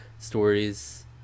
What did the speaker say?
stories